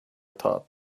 thought